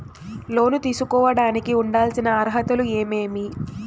లోను తీసుకోడానికి ఉండాల్సిన అర్హతలు ఏమేమి?